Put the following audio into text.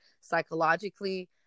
psychologically